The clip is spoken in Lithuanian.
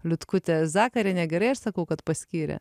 liutkutė zakarienė gerai aš sakau kad paskyrė